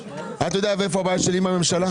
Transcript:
אתה יודע איפה הבעיה שלי עם הממשלה?